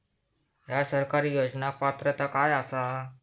हया सरकारी योजनाक पात्रता काय आसा?